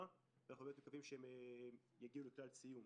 ואנחנו מקווים מאוד שהם יגיעו לכלל סיום.